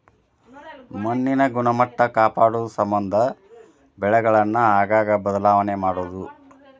ಮಣ್ಣಿನ ಗುಣಮಟ್ಟಾ ಕಾಪಾಡುಸಮಂದ ಬೆಳೆಗಳನ್ನ ಆಗಾಗ ಬದಲಾವಣೆ ಮಾಡುದು